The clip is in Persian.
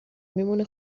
میمونه